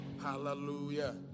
Hallelujah